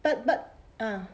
but but uh